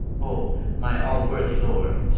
o my all-worthy lord!